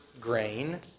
grain